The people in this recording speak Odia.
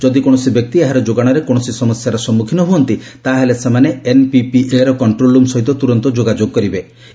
ଯଦି କୌଣସି ବ୍ୟକ୍ତି ଏହାର ଯୋଗାଣରେ କୌଣସି ସମସ୍ୟାର ସମ୍ମୁଖୀନ ହୁଅନ୍ତି ତା'ହେଲେ ସେମାନେ ଏନପିପିଏର କଷ୍ଟ୍ରୋଲରୁମ୍ ସହିତ ତୁରନ୍ତ ଯୋଗାଯୋଗ କରିବା ପାଇଁ କୁହାଯାଇଛି